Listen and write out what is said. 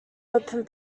open